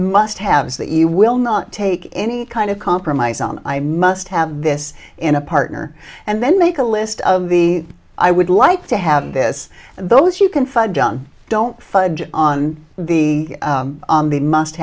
must haves that you will not take any kind of compromise on i must have this in a partner and then make a list of the i would like to have this those you can fudge on don't fudge on the must